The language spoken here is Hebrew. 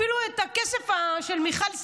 אפילו את הכסף של מיכל סלה,